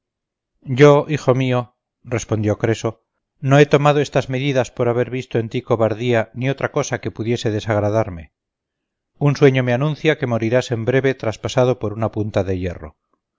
yo hijo mío respondió creso no he tomado estas medidas por haber visto en ti cobardía ni otra cosa que pudiese desagradarme un sueño me anuncia que morirás en breve traspasado por una punta de hierro